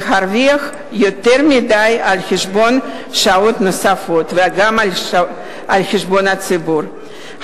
להרוויח יותר מדי על חשבון שעות נוספות וגם על חשבון הציבור.